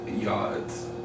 yards